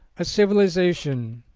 a civilisation,